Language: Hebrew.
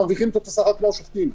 מרוויחים פה שכר כמו השופטים,